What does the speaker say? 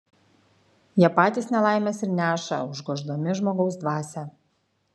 jie patys nelaimes ir neša užgoždami žmogaus dvasią